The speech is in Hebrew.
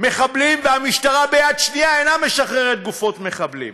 מחבלים והמשטרה ביד שנייה אינה משחררים גופות מחבלים.